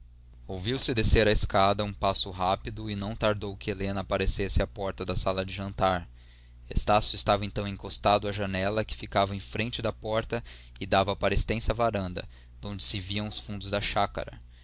feita ouviu-se descer a escada um passo rápido e não tardou que helena aparecesse à porta da sala de jantar estácio estava então encostado à janela que ficava em frente da porta e dava para a extensa varanda donde se viam os fundos da chácara